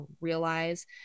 realize